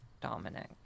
Dominic